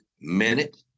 minute